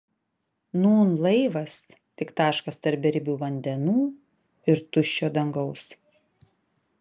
nūn laivas tik taškas tarp beribių vandenų ir tuščio dangaus